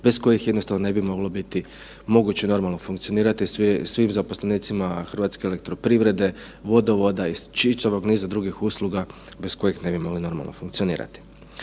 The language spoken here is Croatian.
bez kojih jednostavno ne bi moglo biti moguće normalno funkcionirati, svim zaposlenicima HEP-a, vodovoda i čitavog niza drugih usluga bez kojih ne bi mogli normalo funkcionirati.